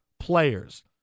players